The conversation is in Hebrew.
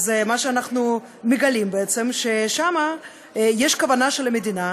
אז מה שאנחנו מגלים בעצם זה שיש שם כוונה של המדינה